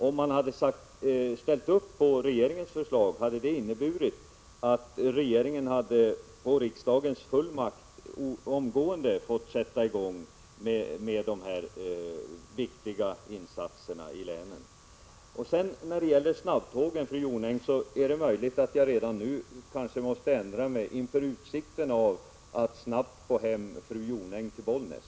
Om man hade ställt sig bakom regeringens förslag, hade regeringen på riksdagens fullmakt omgående kunna sätta i gång med dessa viktiga insatser i länen. Beträffande snabbtåg, fru Jonäng, är det möjligt att jag redan nu måste ändra mig inför utsikten av att snabbt få hem fru Jonäng till Bollnäs.